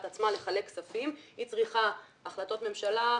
עצמה לחלק כספים אלא היא צריכה החלטות ממשלה,